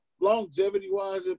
Longevity-wise